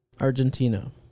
Argentina